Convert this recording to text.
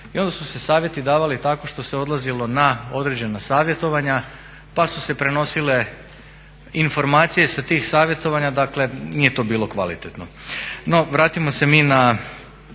I onda su se savjeti davali tako što se odlazilo na određena savjetovanja, pa su se prenosile informacije sa tih savjetovanja. Dakle, nije to bilo kvalitetno. No, vratimo se mi na